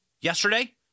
yesterday